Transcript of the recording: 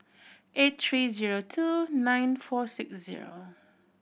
eight three zero two nine four six zero